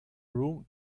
room